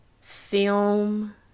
film